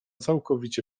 całkowicie